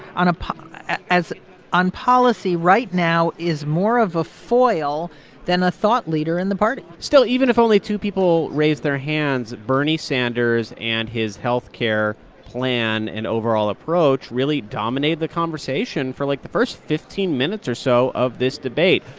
on a on policy right now is more of a foil than a thought leader in the party still, even if only two people raised their hands, bernie sanders and his health care plan and overall approach really dominated the conversation for, like, the first fifteen minutes or so of this debate.